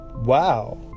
Wow